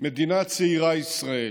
מדינה צעירה, ישראל,